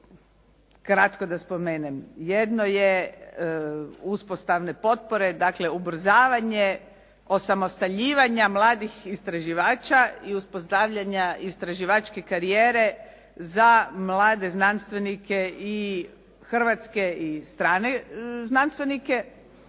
Kratko da spomenem. Jedno je uspostavne potpore, dakle ubrzavanje osamostaljivanja mladih istraživača i uspostavljanja istraživačke karijere za mlade znanstvenike i hrvatske i strane znanstvenike.